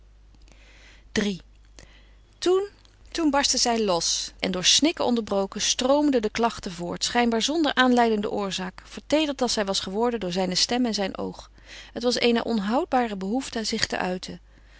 iii toen toen barstte zij los en door snikken onderbroken stroomden de klachten voort schijnbaar zonder aanleidende oorzaak verteederd als zij was geworden door zijne stem en zijn oog het was eene onhoudbare behoefte zich te uiten